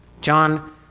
John